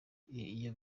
iyo